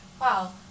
wow